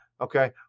Okay